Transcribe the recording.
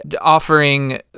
offering